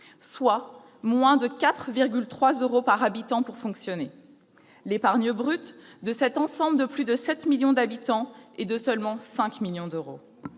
soit moins de 4,3 euros par habitant pour fonctionner. L'épargne brute de cet ensemble de plus de 7 millions d'habitants est de seulement 5 millions d'euros.